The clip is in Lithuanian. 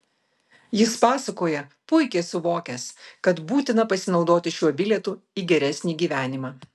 jis pasakoja puikiai suvokęs kad būtina pasinaudoti šiuo bilietu į geresnį gyvenimą